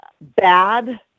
bad